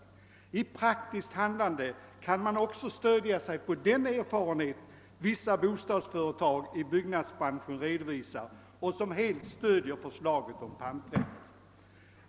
I praktiskt handlande kan man också stödja sig på den erfarenhet som vissa bostadsföretag redovisar.